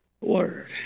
Word